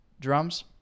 drums